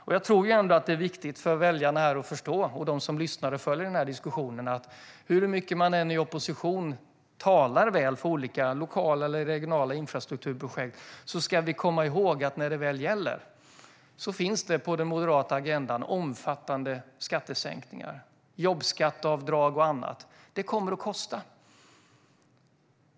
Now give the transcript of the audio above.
Det är ändå viktigt för väljarna och för dem som följer den här diskussionen att förstå att hur mycket man än i opposition talar väl för olika lokala eller regionala infrastrukturprojekt ska vi komma ihåg att när det väl gäller finns det på den moderata agendan omfattande skattesänkningar såsom jobbskatteavdrag och annat. Det kommer att kosta.